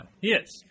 Yes